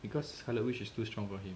because scarlet witch is too strong for him